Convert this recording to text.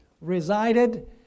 resided